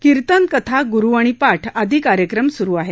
कीर्तन कथा गुरुवाणी पाठ आदी कार्यक्रम सुरू आहेत